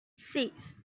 six